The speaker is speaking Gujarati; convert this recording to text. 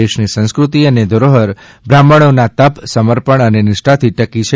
દેશની સંસ્કૃતિ અને ધરોહર બ્રાહ્મણોના તપ સમપર્ણ અને નિષ્ઠાથી ટકી છે